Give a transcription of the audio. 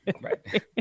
right